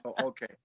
Okay